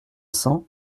cent